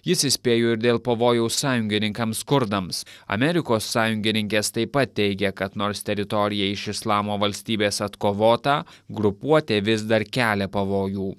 jis įspėjo ir dėl pavojaus sąjungininkams kurdams amerikos sąjungininkės taip pat teigia kad nors teritorija iš islamo valstybės atkovota grupuotė vis dar kelia pavojų